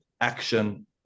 action